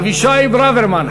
אבישי ברוורמן,